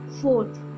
fourth